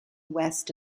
west